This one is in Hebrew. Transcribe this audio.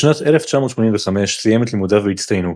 בשנת 1985 סיים את לימודיו בהצטיינות,